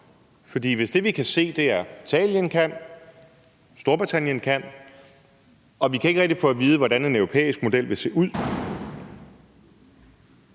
For hvis det, vi kan se, er, at Italien kan gøre det, og at Storbritannien kan gøre det, og vi ikke rigtig kan få at vide, hvordan en europæisk model vil se ud,